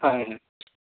হ্যাঁ